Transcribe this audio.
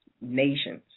nations